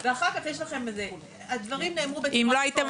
ואחר כך יש לכם הדברים נאמרו בצורה ברורה --- אם לא הייתם